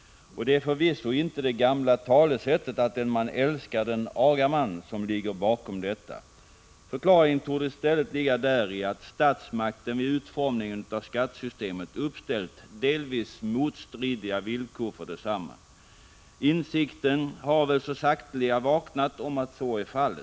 Det är förvisso inte det gamla talesättet, att den man älskar den agar man, som ligger bakom detta. Förklaringen torde i stället ligga däri att statsmakten vid utformningen av skattesystemet uppställt delvis motstridiga villkor för detsamma. Insikten har väl så sakteliga vaknat om att så är fallet.